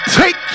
take